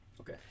Okay